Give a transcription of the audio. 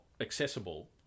accessible